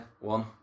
One